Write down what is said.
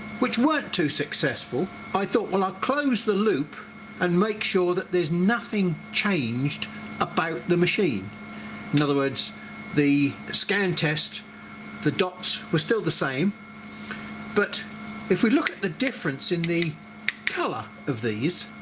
which weren't too successful i thought well i'll close the loop and make sure that there's nothing changed about the machine in other words the the scan test the dots were still the same but if we look at the difference in the color of these